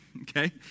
Okay